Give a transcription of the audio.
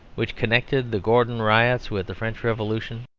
which connected the gordon riots with the french revolution,